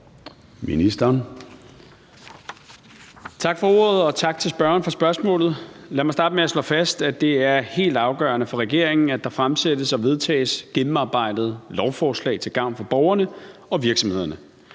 Tak for ordet, og tak til spørgeren for spørgsmålet. Lad mig starte med at slå fast, at det er helt afgørende for regeringen, at der fremsættes og vedtages gennemarbejdede lovforslag til gavn for borgerne og virksomhederne.